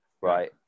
right